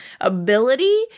ability